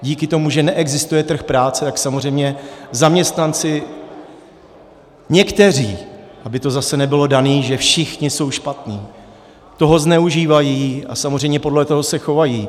Díky tomu, že neexistuje trh práce, tak samozřejmě zaměstnanci někteří, aby to zase nebylo dané, že všichni jsou špatní toho zneužívají a samozřejmě podle toho se chovají.